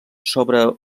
sobre